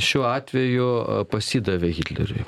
šiuo atveju pasidavė hitleriui